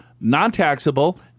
non-taxable